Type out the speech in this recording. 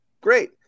great